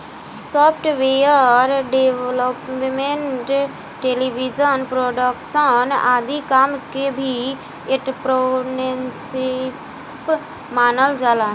software development television production आदि काम के भी एंटरप्रेन्योरशिप मानल जाला